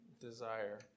desire